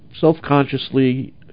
self-consciously